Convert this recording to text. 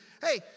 hey